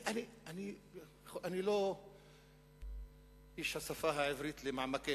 אני לא איש השפה העברית לעומקה